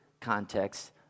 context